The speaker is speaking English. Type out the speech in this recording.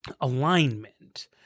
alignment